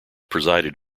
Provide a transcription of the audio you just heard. presided